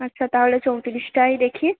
আচ্ছা তাহলে চৌত্রিশটাই দেখি